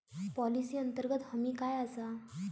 Policy अंतर्गत हमी काय आसा?